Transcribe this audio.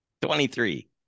23